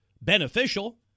beneficial